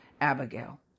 Abigail